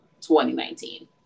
2019